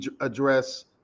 address